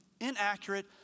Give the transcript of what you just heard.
inaccurate